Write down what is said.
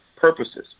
purposes